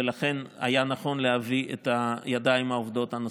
ולכן היה נכון להביא את הידיים העובדות הנוספות.